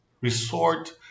resort